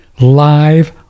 live